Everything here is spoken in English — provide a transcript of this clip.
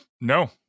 No